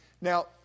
Now